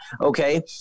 Okay